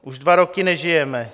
Už dva roky nežijeme.